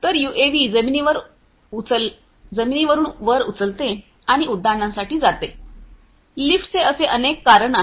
तर यूएव्ही जमिनीवरून वर उचलते आणि उड्डाणांसाठी जाते लिफ्टचे असे अनेक कारण आहेत